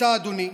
אתה, אדוני,